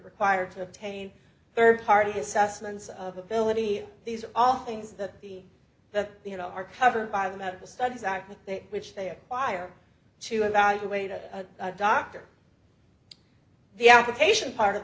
required to obtain third party assessments of ability these are all things that the you know are covered by the medical studies out there which they acquire to evaluate a doctor the application part of